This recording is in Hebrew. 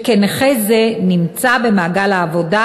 שכן נכה זה נמצא במעגל העבודה,